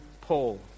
Paul